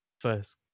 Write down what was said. first